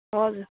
हजुर